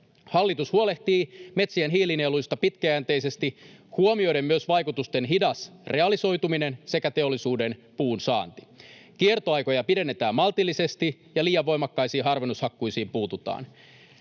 Hallitus huolehtii metsien hiilinieluista pitkäjänteisesti huomioiden myös vaikutusten hitaan realisoitumisen sekä teollisuuden puunsaannin. Kiertoaikoja pidennetään maltillisesti, ja liian voimakkaisiin harvennushakkuisiin puututaan.